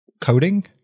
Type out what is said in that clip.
coding